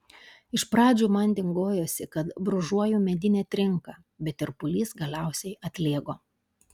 iš pradžių man dingojosi kad brūžuoju medinę trinką bet tirpulys galiausiai atlėgo